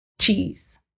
Cheese